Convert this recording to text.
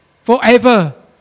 forever